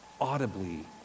audibly